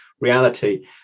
reality